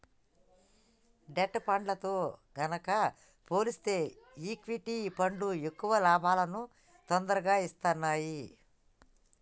debt ఫండ్లతో గనక పోలిస్తే ఈక్విటీ ఫండ్లు ఎక్కువ లాభాలను తొరగా ఇత్తన్నాయి